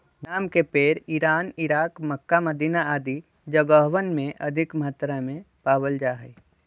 बेदाम के पेड़ इरान, इराक, मक्का, मदीना आदि जगहवन में अधिक मात्रा में पावल जा हई